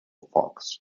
fox